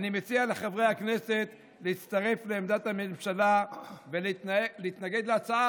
אני מציע לחברי הכנסת להצטרף לעמדת הממשלה ולהתנגד להצעה,